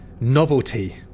Novelty